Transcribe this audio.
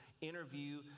interview